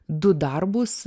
du darbus